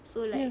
so like